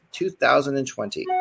2020